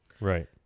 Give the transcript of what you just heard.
Right